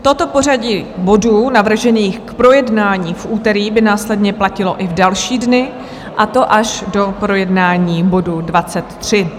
Toto pořadí bodů navržených k projednání v úterý by následně platilo i další dny, a to až do projednání bodu 23.